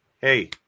hey